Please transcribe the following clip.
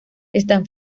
están